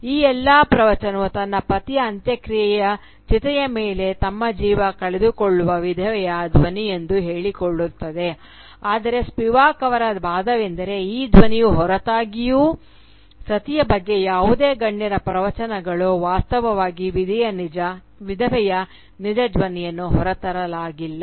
ಈ ಎಲ್ಲಾ ಪ್ರವಚನವು ತನ್ನ ಪತಿಯ ಅಂತ್ಯಕ್ರಿಯೆಯ ಚಿತೆಯ ಮೇಲೆ ತಮ್ಮ ಜೀವ ಕಳೆದುಕೊಳ್ಳುವ ವಿಧವೆಯ ಧ್ವನಿಯೆಂದು ಹೇಳಿಕೊಳ್ಳುತ್ತವೆ ಆದರೆ ಸ್ಪಿವಾಕ್ ಅವರ ವಾದವೆಂದರೆ ಈ ಧ್ವನಿಯ ಹೊರತಾಗಿಯೂ ಸತಿಯ ಬಗ್ಗೆ ಯಾವುದೇ ಗಣ್ಯರ ಪ್ರವಚನಗಳು ವಾಸ್ತವವಾಗಿ ವಿಧವೆಯ ನಿಜ ದ್ವನಿಯನ್ನು ಹೋರತರಲಾಗಿಲ್ಲ